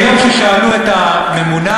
היו ששאלו את הממונה.